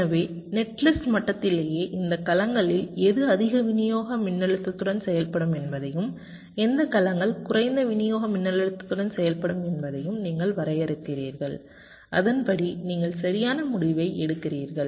எனவே நெட்லிஸ்ட் மட்டத்திலேயே இந்த கலங்களில் எது அதிக விநியோக மின்னழுத்தத்துடன் செயல்படும் என்பதையும் எந்த கலங்கள் குறைந்த விநியோக மின்னழுத்தத்துடன் செயல்படும் என்பதையும் நீங்கள் வரையறுக்கிறீர்கள் அதன்படி நீங்கள் சரியான முடிவை எடுக்கிறீர்கள்